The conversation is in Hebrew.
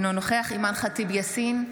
אינו נוכח אימאן ח'טיב יאסין,